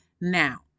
Now